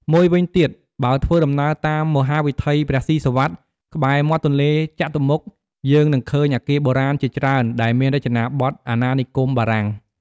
មួយវិញទៀត បើធ្វើដំណើរតាមមហាវិថីព្រះស៊ីសុវត្ថិ ក្បែរមាត់ទន្លេចតុមុខ យើងនឹងឃើញអគារបុរាណជាច្រើនដែលមានរចនាបថអាណានិគមបារាំង។